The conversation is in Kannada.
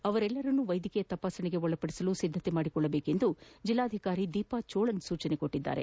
ಅವರೆಲ್ವರನ್ನೂ ವೈದ್ಯಕೀಯ ತಪಾಸಣೆಗೆ ಒಳಪದಿಸಲು ಸಿದ್ದತೆ ಮಾಡಿಕೊಳ್ಳಬೇಕೆಂದು ಜಿಲ್ಲಾಧಿಕಾರಿ ದೀಪಾ ಚೋಳನ್ ಸೂಚಿಸಿದ್ದಾರೆ